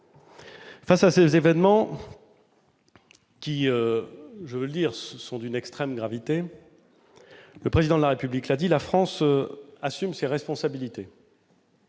Face à ces événements qui, je veux le souligner, sont d'une extrême gravité, le Président de la République l'a dit, la France assume ses responsabilités.